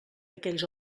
aquells